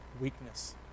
weakness